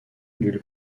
nulle